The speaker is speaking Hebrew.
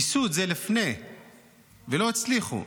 ניסו את זה לפני ולא הצליחו.